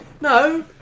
no